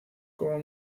como